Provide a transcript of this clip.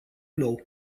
nou